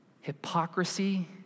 Hypocrisy